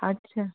अच्छा